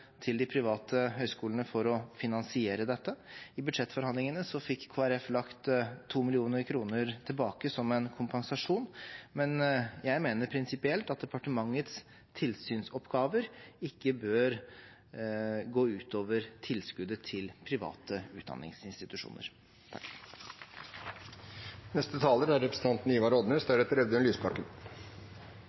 til de private høyskolene for å finansiere dette. I budsjettforhandlingene fikk Kristelig Folkeparti lagt 2 mill. kr tilbake som en kompensasjon, men jeg mener prinsipielt at departementets tilsynsoppgaver ikke bør gå ut over tilskuddet til private utdanningsinstitusjoner.